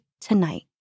tonight